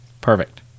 Perfect